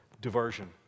Diversion